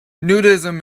nudism